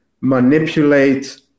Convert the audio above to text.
manipulate